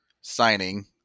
signing